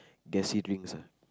gassy drinks ah